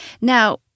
Now